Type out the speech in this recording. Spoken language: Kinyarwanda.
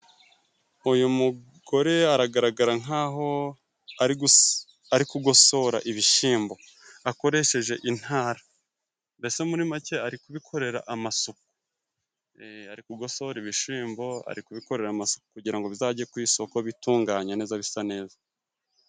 Uyu mugore aragaragara nkaho ari kugosora ibishimbo akoresheje intara, mbese muri make ari kubikorera amasuku ari kugosora ibishimbo ari kubikorera amasuku, kugirango ngo bizajye ku isoko bitunganye neza bisa neza.